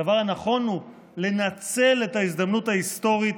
הדבר הנכון הוא לנצל את ההזדמנות ההיסטורית,